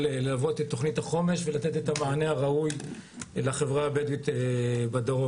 להוות את תוכנית החומש ולתת את המענה הראוי לחברה הבדואית בדרום.